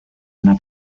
una